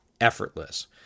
effortless